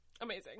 Amazing